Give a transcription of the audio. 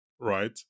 right